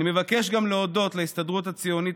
אני מבקש גם להודות להסתדרות הציונית